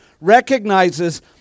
recognizes